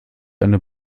eine